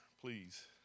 please